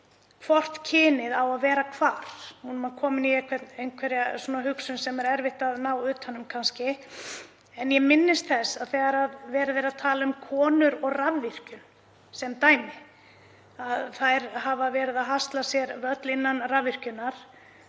hvort kynið á að vera hvar — nú er ég er komin í einhverja hugsun sem er kannski erfitt að ná utan um. En ég minnist þess þegar verið var að tala um konur og rafvirkjun sem dæmi. Þær hafa verið að hasla sér völl innan rafvirkjunar